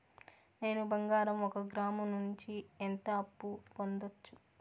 నేను బంగారం ఒక గ్రాము నుంచి ఎంత అప్పు పొందొచ్చు